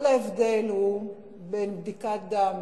כל ההבדל הוא בין בדיקת דם